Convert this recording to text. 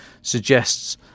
suggests